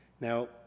Now